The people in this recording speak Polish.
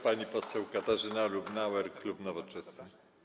Pani poseł Katarzyna Lubnauer, klub Nowoczesna.